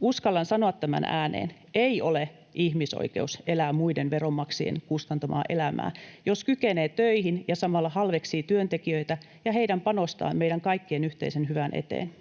Uskallan sanoa tämän ääneen: ei ole ihmisoikeus elää muiden veronmaksajien kustantamaa elämää, jos kykenee töihin ja samalla halveksii työntekijöitä ja heidän panostaan meidän kaikkien yhteisen hyvän eteen.